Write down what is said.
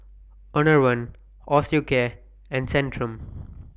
Enervon Osteocare and Centrum